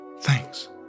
thanks